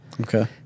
Okay